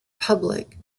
public